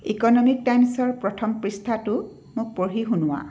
economic টাইম্ছৰ প্ৰথম পৃষ্ঠাটো মোক পঢ়ি শুনোৱা